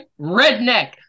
redneck